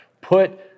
put